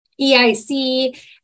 EIC